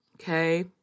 Okay